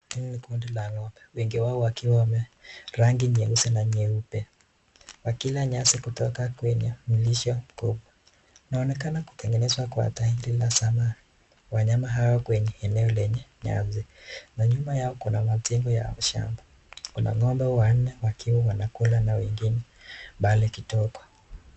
Hii ni kundi la ng'ombe wengi wao wakiwa wame rangi nyeusi na nyeupe wakila nyasi kutoka kwenye mlisho mkubwa. Naonekana kutengenezwa kwa tairi la zamani wanyama hawa kwenye eneo la nyasi na nyuma yao kuna majengo ya mashamba kuna ng'ombe wanne wakiwa wanakula na wengine mbali kidogo.